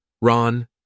Ron